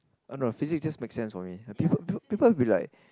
oh no physics just make sense for me I think people be like